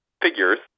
figures